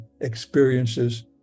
experiences